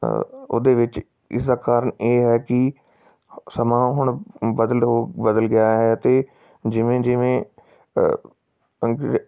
ਉਹਦੇ ਵਿੱਚ ਇਸਦਾ ਕਾਰਨ ਇਹ ਹੈ ਕਿ ਸਮਾਂ ਹੁਣ ਬਦਲੋ ਬਦਲ ਗਿਆ ਹੈ ਅਤੇ ਜਿਵੇਂ ਜਿਵੇਂ